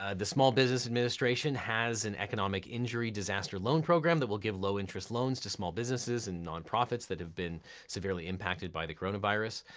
ah the small business administration has an economic injury disaster loan program that will give low-interest loans to small businesses and non-profits that have been severely impacted by the coronavirus.